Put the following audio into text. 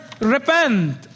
repent